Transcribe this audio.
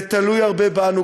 זה תלוי הרבה בנו,